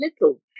little